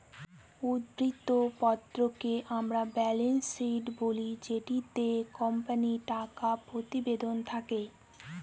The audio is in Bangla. উদ্ধৃত্ত পত্রকে আমরা ব্যালেন্স শীট বলি যেটিতে কোম্পানির টাকা প্রতিবেদন থাকে